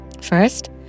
First